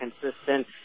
consistent